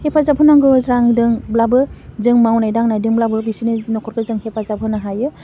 हेफाजाब होनांगौ रां दों ब्लाबो जों मावनाय दांनायदोंब्लाबो बिसिनि नख'रखौ जों हेफाजाब होनो हायो